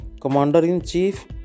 Commander-in-Chief